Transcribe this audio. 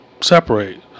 separate